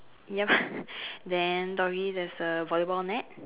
yup then doggy there's a volleyball net